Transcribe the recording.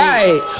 Right